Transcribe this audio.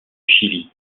chili